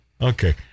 Okay